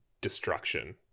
destruction